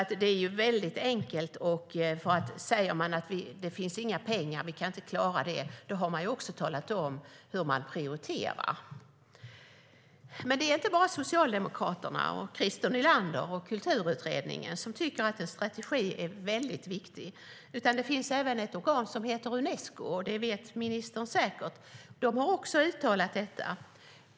Säger man att det inte finns några pengar, att man inte klarar det, har man också talat om hur man prioriterar. Det är inte bara Socialdemokraterna, Christer Nylander och Kulturutredningen som tycker att en strategi är viktig. Det finns även ett organ som heter Unesco - det vet ministern säkert - som har uttalat detta.